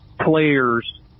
players